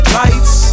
lights